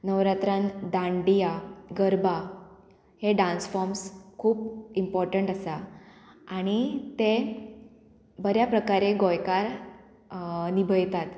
नवरात्रान दांडिया गरबा हे dance forms खूब important आसा आनी ते बऱ्या प्रकारे गोंयकार निभयतात